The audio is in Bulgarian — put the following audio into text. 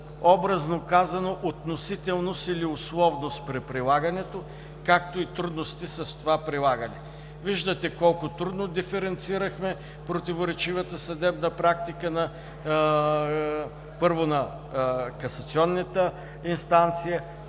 образно казано, относителност или условност при прилагането, както и трудности с това прилагане. Виждате колко трудно диференцирахме противоречивата съдебна практика, първо, на касационната инстанция,